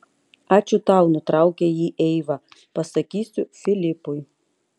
ačiū tau nutraukė jį eiva pasakysiu filipui